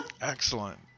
Excellent